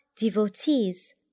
devotees